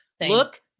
look